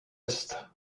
est